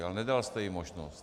Ale nedal jste jim možnost.